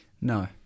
No